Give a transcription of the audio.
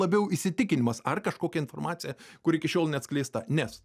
labiau įsitikinimas ar kažkokia informacija kur iki šiol neatskleista nes